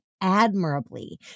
admirably